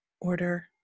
order